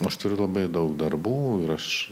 aš turiu labai daug darbų ir aš